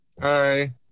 Hi